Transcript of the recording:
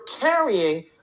carrying